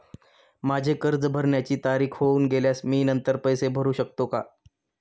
माझे कर्ज भरण्याची तारीख होऊन गेल्यास मी नंतर पैसे भरू शकतो का?